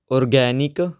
organic